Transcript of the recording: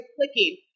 clicking